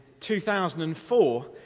2004